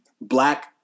black